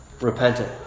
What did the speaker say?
repentant